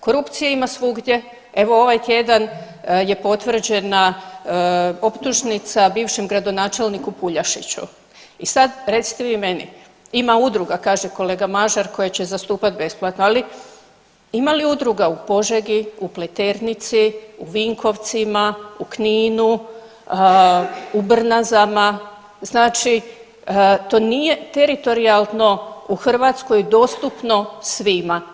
Korupcije ima svugdje, evo ovaj tjedan je potvrđena optužnica bivšem gradonačelniku PUljašiću i sad recite vi meni ima udruga kaže kolega Mažar koja će zastupati besplatno, ali ima li udruga u Požegi, u Pleternici, u Vinkovcima, u Kninu, u Brnazama znači to nije teritorijalno u Hrvatskoj dostupno svima.